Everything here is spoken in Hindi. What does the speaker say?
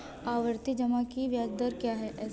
आवर्ती जमा की ब्याज दर क्या है?